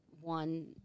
one